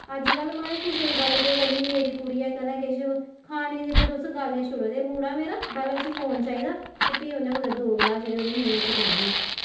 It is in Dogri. अज्जकल म्हाराज कुसै दी गल्ल केह् करनी मेरी कुड़ी ऐ कदें किश खानै दी ते गल्ल गै छोड़ो ते मुढ़ा मेरा पैह्लें उसी फोन चाहिदा ते भी उन्नै दौ ग्राह मुहैं गी जाङन ग्राह् ते उन्नै ढलदा निं ऐ